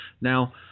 Now